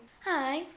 Hi